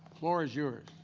floor is yours.